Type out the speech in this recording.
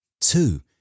Two